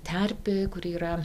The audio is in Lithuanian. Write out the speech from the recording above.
terpė kuri yra